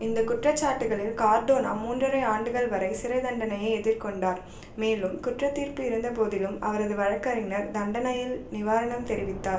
இந்த குற்றச்சாட்டுகளில் கார்டனாே மூன்றரை ஆண்டுகள் வரை சிறைத்தண்டனையை எதிர்கொண்டார் மேலும் குற்றத்தீர்ப்பு இருந்த போதிலும் அவரது வழக்கறிஞர் தண்டனையில் நிவாரணம் தெரிவித்தார்